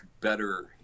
better